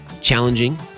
Challenging